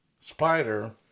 spider